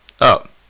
up